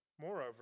Moreover